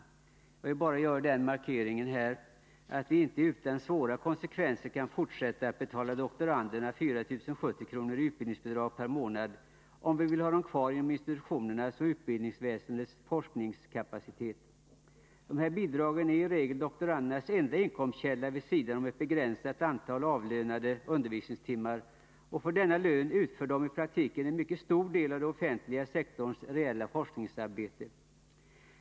Jag vill här bara göra den markeringen att vi inte utan svåra konsekvenser kan fortsätta att betala doktoranderna 4 070 kr. per månad i utbildningsbidrag, om vi vill ha dem kvar inom institutionerna och utbildningsväsendet som forskningskapacitet. Dessa bidrag är i regel doktorandernas enda inkomstkälla vid sidan av ett begränsat antal avlönade undervisningstimmar, och för denna lön utför de i praktiken en mycket stor del av den offentliga sektorns reella forskningsarbete.